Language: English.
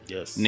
Yes